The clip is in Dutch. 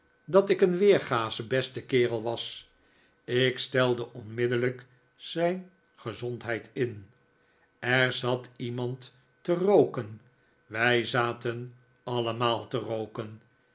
dat ik een weergasche beste kerel was ik stelde onmiddellijk zijn gezondheid in er zat iemand te rooken wij zaten allemaal te rooken